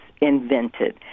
invented